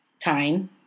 Time